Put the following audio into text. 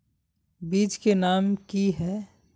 बीज के नाम की है?